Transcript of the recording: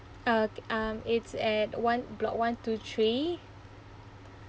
uh um it's at one block one two three